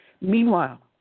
Meanwhile